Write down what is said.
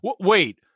Wait